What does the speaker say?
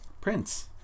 Prince